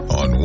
on